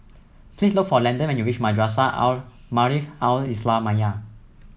please look for Landon when you reach Madrasah Al Maarif Al Islamiah